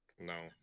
No